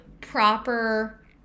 proper